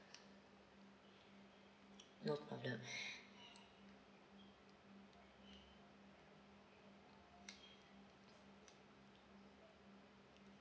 no problem